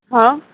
હં